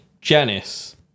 Janice